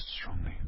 strongly